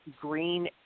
green